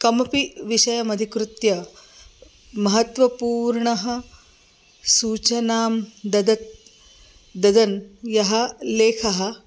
कमपि विषयमधिकृत्य महत्त्वपूर्णां सूचनां ददन् ददन् यः लेखः